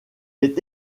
est